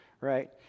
right